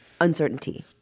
uncertainty